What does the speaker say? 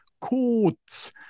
courts